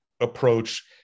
approach